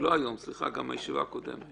סליחה, לא היום, גם בישיבה הקודמת.